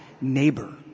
Neighbor